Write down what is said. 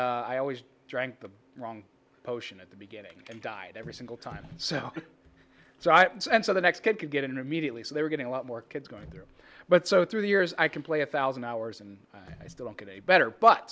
and i always drank the wrong potion at the beginning and died every single time so so i and so the next kid could get in immediately so they were getting a lot more kids going through but so through the years i can play a thousand hours and i still don't get a better but